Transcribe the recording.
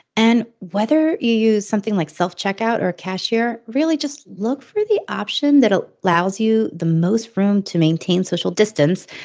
and whether you use something like self-checkout or a cashier, really just look for the option that ah allows you the most room to maintain social distance,